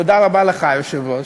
תודה רבה לך, היושב-ראש.